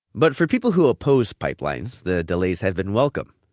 but for people who oppose pipelines, the delays have been welcome.